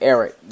Eric